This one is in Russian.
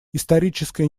историческая